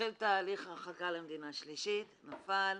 התחיל תהליך הרחקה למדינה שלישית, הוא נפל,